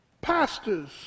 Pastors